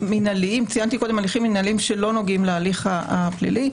מינהליים שלא נוגעים להליך הפלילי,